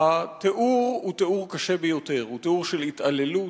התיאור הוא קשה ביותר: תיאור של התעללות,